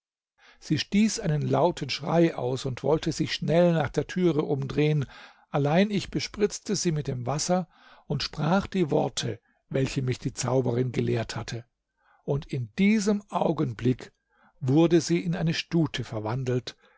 sie stieß einen lauten schrei aus und wollte sich schnell nach der türe umdrehen allein ich bespritzte sie mit dem wasser und sprach die worte weiche mich die zauberin gelehrt hatte und in diesem augenblick wurde sie in eine stute verwandelt